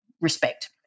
respect